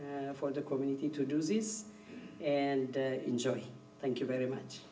for the community to do this and enjoy thank you very much